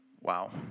wow